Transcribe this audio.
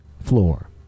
floor